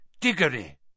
Diggory